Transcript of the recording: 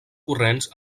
corrents